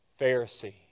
Pharisee